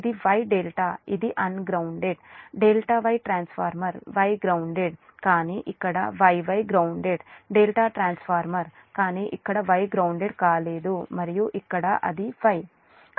ఇది Y ∆ ఇది ungrounded ∆ Y transformer Y grounded కానీ ఇక్కడ Y Y గ్రౌన్దేడ్ ∆ ట్రాన్స్ఫార్మర్ కానీ ఇక్కడ Y గ్రౌన్దేడ్ కాలేదు మరియు ఇక్కడ ఇది Y